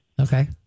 Okay